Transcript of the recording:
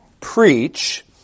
preach